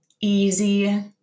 easy